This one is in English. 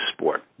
sport